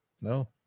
No